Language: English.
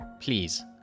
Please